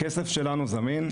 הכסף שלנו זמין.